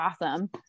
awesome